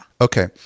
Okay